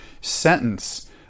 sentence